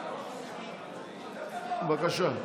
בבקשה.